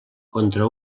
contra